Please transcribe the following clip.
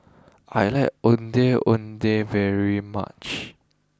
I like Ondeh Ondeh very much